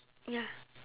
ya